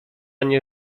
nie